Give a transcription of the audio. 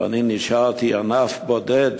ואני נשארתי ענף בודד